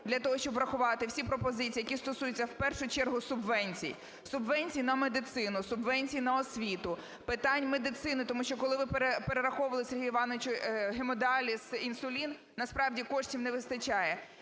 для того, щоб врахувати всі пропозиції, які стосуються в першу чергу субвенцій: субвенцій на медицину, субвенцій на освіту, питань медицини. Тому що, коли ви перераховували, Сергію Івановичу, гемодіаліз і інсулін, насправді, коштів не вистачає.